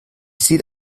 sieht